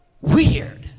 weird